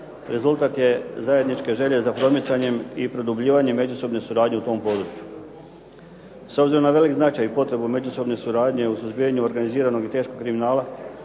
rezultat je zajedničke želje za promicanjem i produbljivanjem međusobne suradnje na tom području. S obzirom na velik značaj i potrebu međusobne suradnje u suzbijanju organiziranog i teškog kriminala